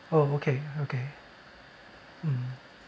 oh okay okay mm